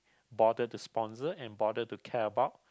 bother to sponsor and bother to care about